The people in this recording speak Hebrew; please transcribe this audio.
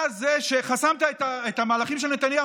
אתה זה שחסמת את המהלכים של נתניהו.